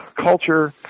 culture